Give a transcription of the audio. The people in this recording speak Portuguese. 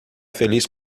feliz